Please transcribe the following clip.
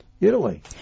Italy